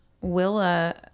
Willa